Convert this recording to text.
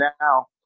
now